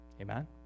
Amen